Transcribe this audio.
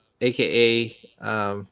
aka